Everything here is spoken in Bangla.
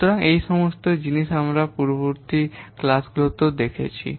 সুতরাং এই সমস্ত জিনিস আমরা পূর্ববর্তী ক্লাসগুলিতে দেখেছি